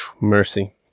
Mercy